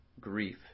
grief